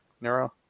Nero